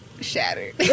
shattered